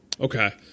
Okay